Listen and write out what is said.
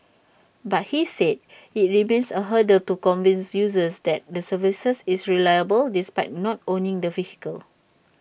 but he said IT remains A hurdle to convince users that the services is reliable despite not owning the vehicles